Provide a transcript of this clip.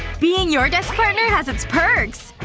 being your desk partner has its perks!